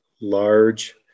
large